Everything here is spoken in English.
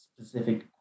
specific